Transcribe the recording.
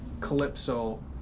Calypso